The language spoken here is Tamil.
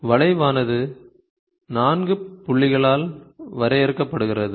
வளைவானது 4 புள்ளிகளால் வரையறுக்கப்படுகிறது